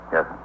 Yes